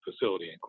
facility